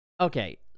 okay